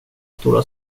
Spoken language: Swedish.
stora